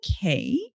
okay